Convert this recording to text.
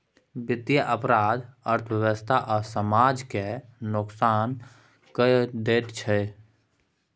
बित्तीय अपराध अर्थव्यवस्था आ समाज केँ नोकसान कए दैत छै